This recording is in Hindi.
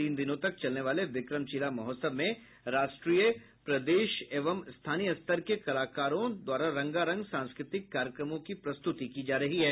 तीन दिनों तक चलने वाले विक्रमशिला महोत्सव में राष्ट्रीय प्रदेश एवं स्थानीय स्तर के कलाकारों द्वारा रंगारंग सांस्कृतिक कार्यक्रमों की प्रस्तुति की जा रही है